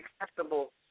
Acceptable